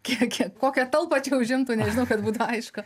kiekį kokią talpą čia užimtų nežinau kad būtų aišku